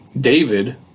David